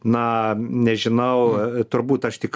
na nežinau turbūt aš tik